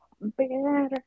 better